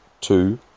two